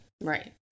Right